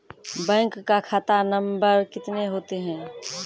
Bank का खाता नम्बर कितने होते हैं?